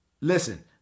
Listen